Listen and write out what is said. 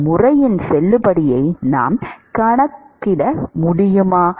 இந்த முறையின் செல்லுபடியை நாம் கணக்கிட முடியுமா